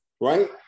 Right